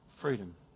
freedom